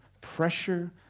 pressure